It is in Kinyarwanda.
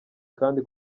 kandi